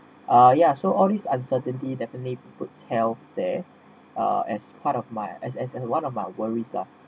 uh yeah so all these uncertainty definitely puts health there uh as part of my as as an what about worries lah